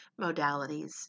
modalities